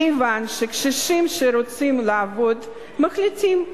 כיוון שקשישים שרוצים לעבוד מחליטים,